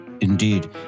Indeed